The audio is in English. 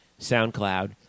SoundCloud